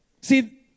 See